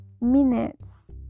minutes